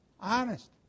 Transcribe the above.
honest